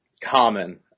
common